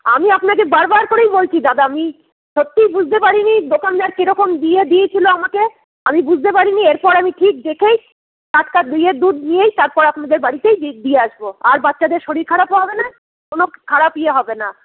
আমি আপনাকে বার বার করেই বলছি দাদা আমি সত্যিই বুঝতে পারিনি দোকানদার কিরকম দিয়ে দিয়েছিলো আমাকে আমি বুঝতে পারিনি এরপর আমি ঠিক দেখেই টাটকা ইয়ে দুধ নিয়েই তারপর আপনাদের বাড়িতেই দিয়ে আসবো আর বাচ্চাদের শরীর খারাপও হবে না কোনো খারাপ ইয়ে হবে না